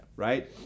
right